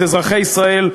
את אזרחי ישראל,